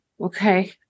Okay